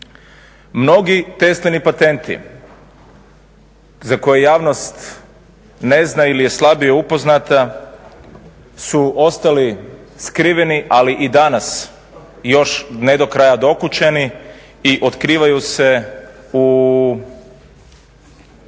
Mnogi Teslini patenti za koje javnost ne zna ili je slabije upoznata su ostali skriveni ali i danas još ne do kraja dokučeni i otkrivaju se u